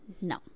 No